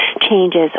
changes